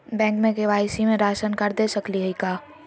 Bank में KYC में ration card दे सकली हई का?